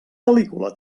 pel·lícula